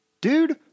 Dude